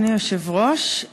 אדוני היושב-ראש,